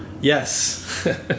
Yes